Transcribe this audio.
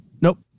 nope